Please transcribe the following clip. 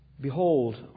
Behold